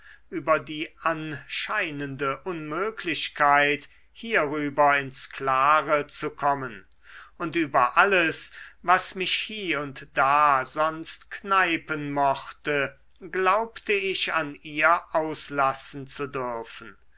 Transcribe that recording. über die anscheinende unmöglichkeit hierüber ins klare zu kommen und über alles was mich hie und da sonst kneipen mochte glaubte ich an ihr auslassen zu dürfen